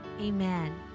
amen